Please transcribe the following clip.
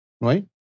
right